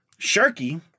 Sharky